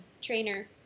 trainer